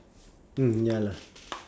mm ya lah